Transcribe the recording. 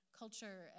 culture